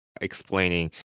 explaining